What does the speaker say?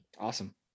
Awesome